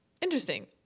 Interesting